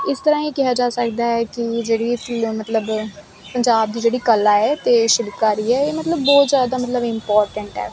ਇਸ ਤਰਾਂ ਇਹ ਕਿਹਾ ਜਾ ਸਕਦਾ ਹੈ ਕਿ ਜਿਹੜੀ ਮਤਲਬ ਪੰਜਾਬ ਦੀ ਜਿਹੜੀ ਕਲਾ ਹ ਤੇ ਸ਼ਿਲਪਕਾਰੀ ਹ ਇਹ ਮਤਲਬ ਬਹੁਤ ਜਿਆਦਾ ਮਤਲਬ ਇਮਪੋਰਟੈਂਟ ਹ